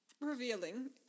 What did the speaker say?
revealing